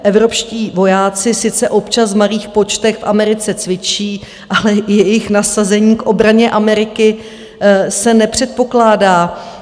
Evropští vojáci sice občas v malých počtech v Americe cvičí, ale jejich nasazení k obraně Ameriky se nepředpokládá.